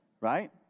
right